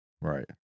right